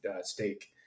Steak